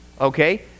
Okay